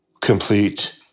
Complete